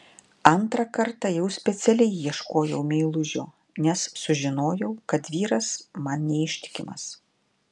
antrą kartą jau specialiai ieškojau meilužio nes sužinojau kad vyras man neištikimas